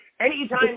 anytime